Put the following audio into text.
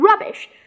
rubbish